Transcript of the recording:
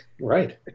Right